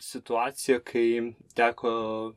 situacija kai teko